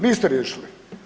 Niste riješili.